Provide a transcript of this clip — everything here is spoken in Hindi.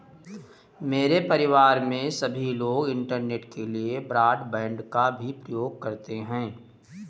मेरे परिवार में सभी लोग इंटरनेट के लिए ब्रॉडबैंड का भी प्रयोग करते हैं